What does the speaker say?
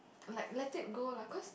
like let it go lah cause